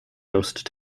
ghost